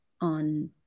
on